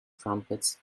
trumpets